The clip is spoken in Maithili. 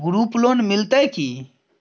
ग्रुप लोन मिलतै की?